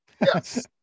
Yes